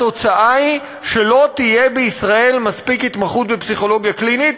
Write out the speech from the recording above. התוצאה היא שלא תהיה בישראל מספיק התמחות בפסיכולוגיה קלינית,